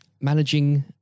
managing